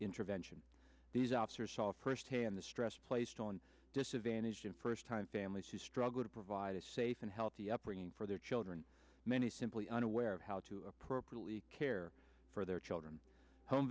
intervention these officers saw firsthand the stress placed on disadvantaged in first time families who struggle to provide a safe and healthy upbringing for their children many simply unaware of how to appropriately care for their children home